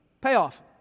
payoff